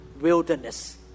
wilderness